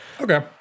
Okay